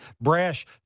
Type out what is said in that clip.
Brash